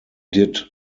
did